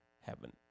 heaven